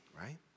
right